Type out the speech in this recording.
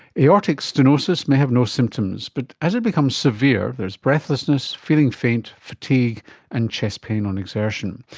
aortic stenosis may have no symptoms, but as it becomes severe there is breathlessness, feeling faint, fatigue and chest pain on exertion,